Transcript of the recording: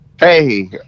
Hey